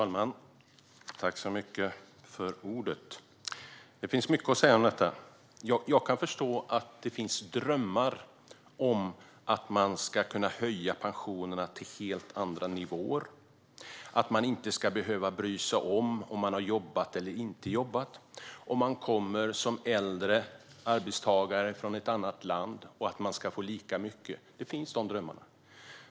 Fru talman! Det finns mycket att säga om detta. Jag kan förstå att det finns drömmar om att kunna höja pensionerna till helt andra nivåer, att man inte ska behöva bry sig om man har jobbat eller inte jobbat och att den som kommer som äldre arbetstagare från ett annat land ska få lika mycket. De drömmarna finns.